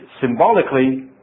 symbolically